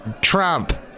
Trump